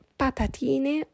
patatine